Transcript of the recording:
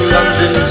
London